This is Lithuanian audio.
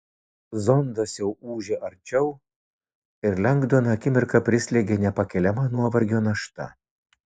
zondas jau ūžė arčiau ir lengdoną akimirką prislėgė nepakeliama nuovargio našta